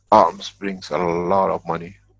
arms brings and a lot of money,